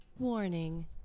Warning